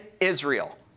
Israel